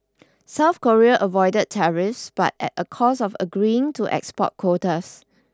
South Korea avoided tariffs but at a cost of agreeing to export quotas